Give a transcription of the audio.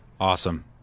Awesome